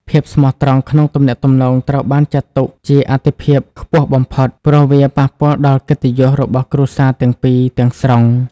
ភាពស្មោះត្រង់ក្នុងទំនាក់ទំនងត្រូវបានចាត់ទុកជាអាទិភាពខ្ពស់បំផុត ព្រោះវាប៉ះពាល់ដល់កិត្តិយសរបស់គ្រួសារទាំងពីរទាំងស្រុង។